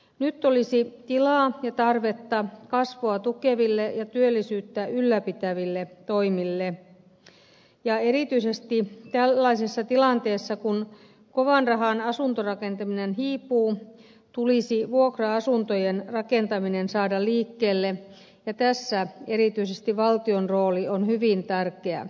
nyt olisi tilaa ja tarvetta kasvua tukeville ja työllisyyttä ylläpitäville toimille ja erityisesti tällaisessa tilanteessa kun kovan rahan asuntorakentaminen hiipuu tulisi vuokra asuntojen rakentaminen saada liikkeelle ja tässä erityisesti valtion rooli on hyvin tärkeä